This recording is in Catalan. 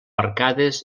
arcades